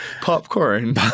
Popcorn